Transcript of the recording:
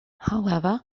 however